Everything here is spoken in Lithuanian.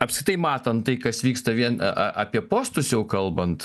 apskritai matan tai kas vyksta vien apie postus jau kalbant